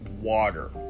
water